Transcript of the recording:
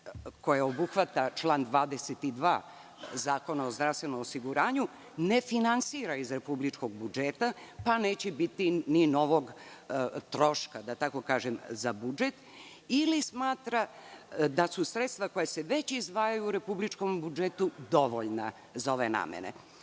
koje obuhvata član 22. Zakona o zdravstvenom osiguranju, ne finansira iz republičkog budžeta, pa neće biti ni novog troška, da tako kažem, za budžet ili smatra da su sredstva koja se već izdvajaju u republičkom budžetu dovoljna za ove namene. Na